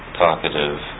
talkative